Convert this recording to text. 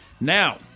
Now